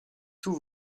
tous